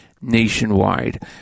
nationwide